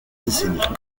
décennies